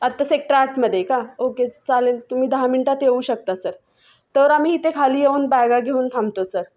आत्ता सेक्टर आठमध्ये का ओके स चालेल तुम्ही दहा मिनटात येऊ शकता सर तर आम्ही इथे खाली येऊन बॅगा घेऊन थांबतो सर